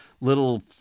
little